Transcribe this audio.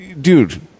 dude